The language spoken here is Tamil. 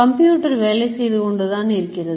கம்ப்யூட்டர் வேலை செய்து கொண்டுதான் இருக்கிறது